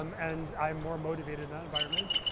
um and i am more motivated in that environment.